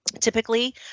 typically